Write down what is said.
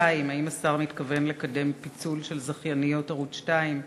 2. האם השר מתכוון לקדם פיצול של זכייניות ערוץ 2,